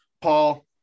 Paul